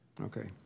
Okay